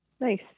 nice